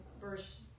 verse